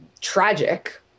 tragic